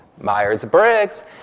Myers-Briggs